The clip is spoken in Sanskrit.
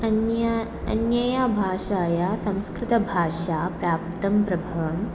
अन्या अन्यायां भाषायां संस्कृतभाषा प्राप्तं प्रभावम्